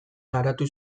garatu